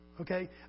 okay